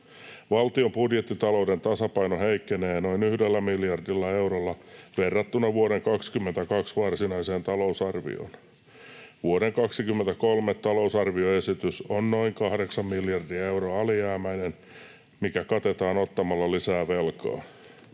Valtion budjettitalouden tasapaino heikkenee noin yhdellä miljardilla eurolla verrattuna vuoden 2022 varsinaiseen talousarvioon. Vuoden 2023 talousarvioesitys on noin kahdeksan miljardia euroa alijäämäinen, mikä katetaan ottamalla lisää velkaa.